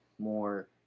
more –